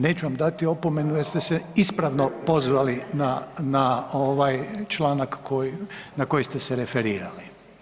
Neću vam dati opomenu jer ste se ispravno pozvali na, na ovaj članak na koji ste se referirali.